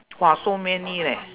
[wah] so many leh